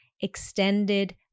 extended